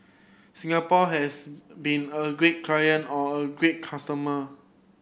Singapore has been a great client or a great customer